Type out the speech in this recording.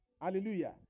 Hallelujah